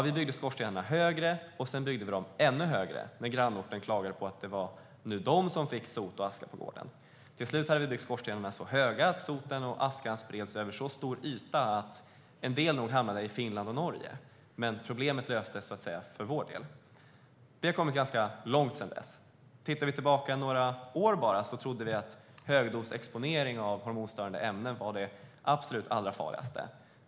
Vi byggde skorstenarna högre, och sedan byggde vi dem ännu högre när grannorten klagade på att det nu var de som fick sot och aska på gården. Till slut hade vi byggt skorstenarna så höga att sotet och askan spreds över så stor yta att en del nog hamnade i Finland eller Norge. Men problemet löstes för vår del. Vi har kommit ganska långt sedan dess. För bara några år sedan trodde vi att högdosexponering för hormonstörande ämnen var det absolut farligaste.